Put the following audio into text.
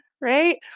Right